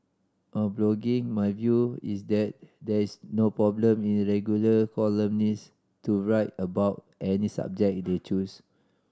on blogging my view is that there's no problem in regular columnist to write about any subject they choose